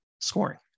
Scoring